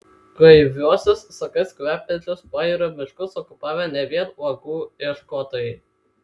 gaiviuosius sakais kvepiančius pajūrio miškus okupavę ne vien uogų ieškotojai